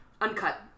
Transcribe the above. Uncut